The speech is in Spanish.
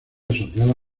asociado